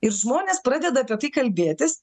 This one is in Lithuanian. ir žmonės pradeda apie tai kalbėtis